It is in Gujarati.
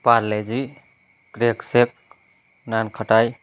પાર્લેજી ક્રેકઝેક નાન ખટાઈ